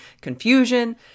confusion